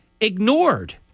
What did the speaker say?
ignored